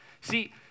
See